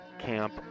camp